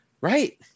right